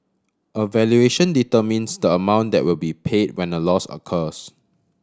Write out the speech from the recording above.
a valuation determines the amount that will be paid when a loss occurs